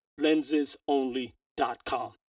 LensesOnly.com